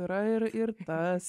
yra ir ir tas